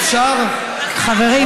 חברים.